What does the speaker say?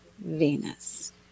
Venus